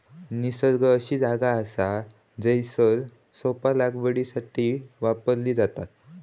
nursery अशी जागा असा जयसर रोपा लागवडीसाठी वापरली जातत